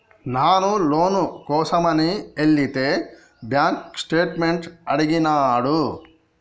నాను లోను కోసమని ఎలితే బాంక్ స్టేట్మెంట్ అడిగినాడు